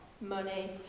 money